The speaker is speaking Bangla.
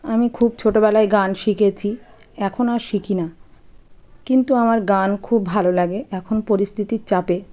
আমি খুব ছোটোবেলায় গান শিখেছি এখন আর শিখি না কিন্তু আমার গান খুব ভালো লাগে এখন পরিস্থিতির চাপে